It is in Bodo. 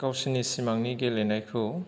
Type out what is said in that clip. गावसिनि सिमांनि गेलेनायखौ